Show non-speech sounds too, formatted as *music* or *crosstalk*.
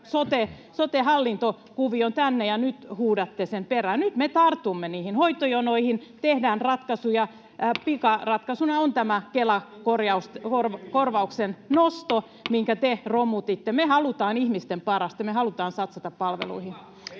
sote-hallintokuvion tänne ja nyt huudatte sen perään. Nyt me tartumme niihin hoitojonoihin. Me tehdään ratkaisuja. *noise* Pikaratkaisuna on tämä Kela-korvauksen nosto, *noise* minkä te romutitte. Me halutaan ihmisten parasta. Me halutaan satsata palveluihin.